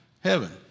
heaven